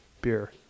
Beer